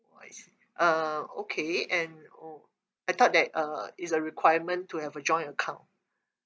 oh I see uh okay and oh I thought that uh is a requirement to have a joint account